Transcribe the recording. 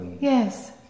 Yes